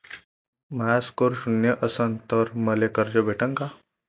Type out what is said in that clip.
माया score शून्य असन तर मले कर्ज भेटन का?